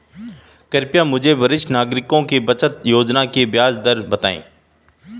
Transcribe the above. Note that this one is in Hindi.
कृपया मुझे वरिष्ठ नागरिकों की बचत योजना की ब्याज दर बताएं